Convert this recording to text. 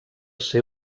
ser